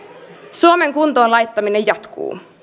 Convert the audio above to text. suomen kuntoon laittaminen jatkuu